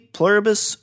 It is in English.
Pluribus